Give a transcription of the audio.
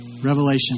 Revelation